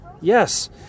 Yes